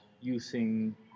using